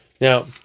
Now